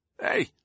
Hey